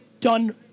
done